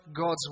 God's